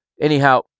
Anyhow